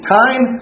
time